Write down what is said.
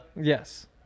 Yes